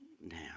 Now